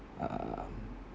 um